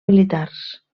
militars